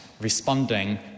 responding